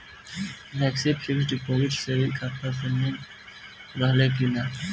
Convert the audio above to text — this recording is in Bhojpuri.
फेलेक्सी फिक्स डिपाँजिट सेविंग खाता से लिंक रहले कि ना?